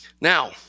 Now